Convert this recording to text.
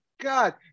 God